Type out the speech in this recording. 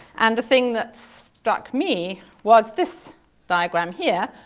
and the thing that struck me was this diagram here.